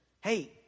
Hey